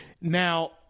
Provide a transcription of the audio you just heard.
now